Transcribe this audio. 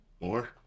More